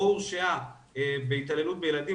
או הורשעה בהתעללות בילדים,